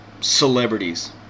celebrities